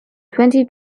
twenty